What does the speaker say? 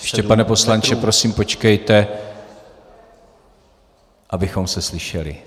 Ještě, pane poslanče, prosím počkejte... abychom se slyšeli.